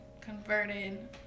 converted